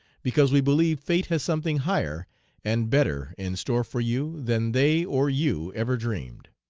because we believe fate has something higher and better in store for you than they or you ever dreamed.